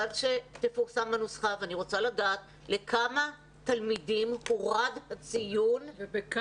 לבקש שתפורסם הנוסחה ואני רוצה לדעת לכמה תלמידים הורד הציון ובכמה.